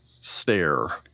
stare